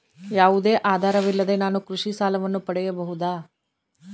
ಯಾವುದೇ ಆಧಾರವಿಲ್ಲದೆ ನಾನು ಕೃಷಿ ಸಾಲವನ್ನು ಪಡೆಯಬಹುದಾ?